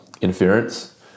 interference